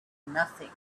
nothing